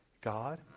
God